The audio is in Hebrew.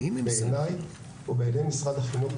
בעיניי ובעיני משרד החינוך,